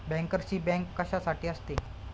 बँकर्सची बँक कशासाठी असते?